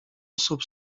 osób